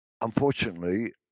Unfortunately